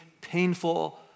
painful